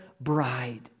bride